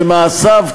שמעשיו,